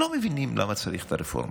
לא מבינים למה צריך את הרפורמה.